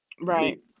Right